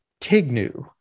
Tignu